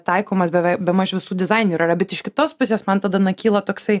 taikomas bemaž visų dizainerių yra bet iš kitos pusės man tada na kyla toksai